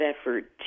effort